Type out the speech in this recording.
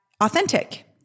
authentic